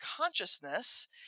consciousness